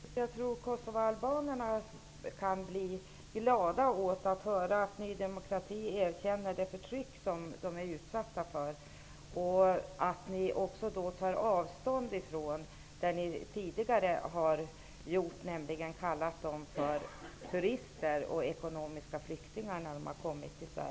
Herr talman! Jag tror att kosovoalbanerna blir glada över att ni i Ny demokrati erkänner det förtryck som kosovoalbanerna är utsatta för och att ni också tar avstånd från det som ni tidigare kallat dem för vid ankomsten till Sverige, nämligen turister och ekonomiska flyktingar.